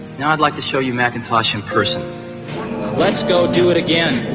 now i'd like to show you macintosh in person let's go do it again!